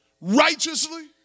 righteously